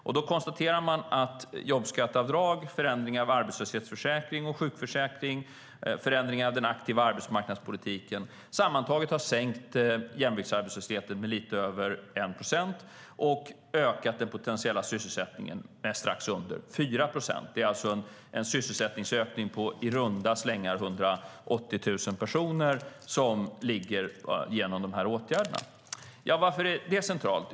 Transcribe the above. Man konstaterar att jobbskatteavdragen, förändringarna av arbetslöshetsförsäkring och sjukförsäkring samt förändringarna av den aktiva arbetsmarknadspolitiken sammantaget har sänkt jämviktsarbetslösheten med lite över 1 procent och ökat den potentiella sysselsättningen med strax under 4 procent. Det är alltså en sysselsättningsökning på i runda slängar 180 000 personer tack vare dessa åtgärder. Varför är detta centralt?